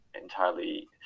entirely